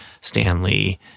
Stanley